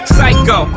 Psycho